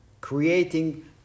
creating